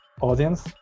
audience